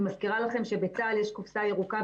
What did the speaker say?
אני מזכירה לכם שבצה"ל יש קופסה ירוקה,